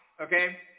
okay